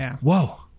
whoa